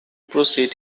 proceed